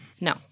No